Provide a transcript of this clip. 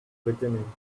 beginning